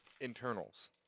internals